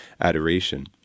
adoration